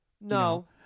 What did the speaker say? No